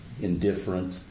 indifferent